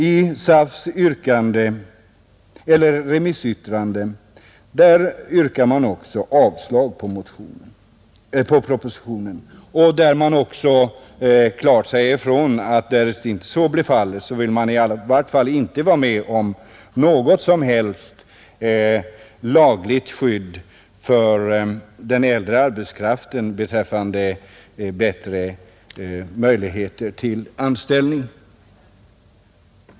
I SAF:s remissyttrande yrkas också avslag på propositionen; det sägs också klart ifrån att därest så inte blir fallet vill man i varje fall inte vara med om något som helst lagligt skydd för den äldre arbetskraften beträffande bättre möjligheter till anställning.